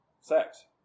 Sex